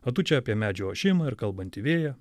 o tu čia apie medžių ošimą ir kalbantį vėją